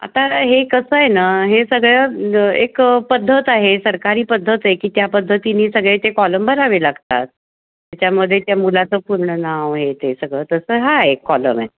आता हे कसं आहे ना हे सगळं एक पद्धत आहे सरकारी पद्धत आहे की त्या पद्धतीने सगळे ते कॉलम भरावे लागतात त्याच्यामध्ये त्या मुलाचं पूर्ण नाव हे ते सगळं तसं हा एक कॉलम आहे